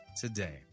today